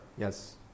Yes